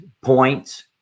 points